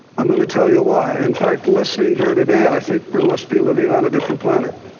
i'm going to tell you why. in fact listening here today, i think we must be living on a different planet.